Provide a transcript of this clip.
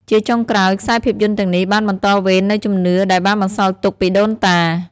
ជាចុងក្រោយ ខ្សែភាពយន្តទាំងនេះបានបន្តវេននូវជំនឿដែលបានបន្សល់ទុកពីដូនតា។